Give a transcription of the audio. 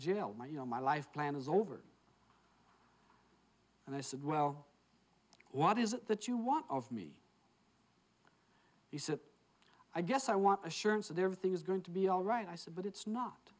jail my you know my life plan is over and i said well what is it that you want of me he said i guess i want assurance that their thing is going to be all right i said but it's not